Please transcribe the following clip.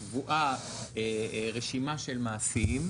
בתיקון קבועה רשימה של מעשים,